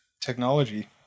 technology